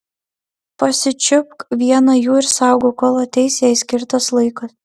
pasičiupk vieną jų ir saugok kol ateis jai skirtas laikas